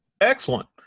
Excellent